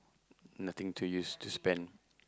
nothing to use to spend